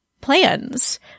plans